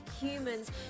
humans